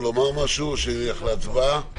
או נלך להצבעה?